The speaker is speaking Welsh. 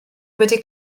wedi